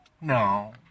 No